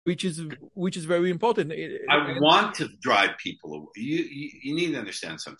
שזה מאוד חשוב. אני רוצה להלהיב אנשים. אתה צריך להבין משהו.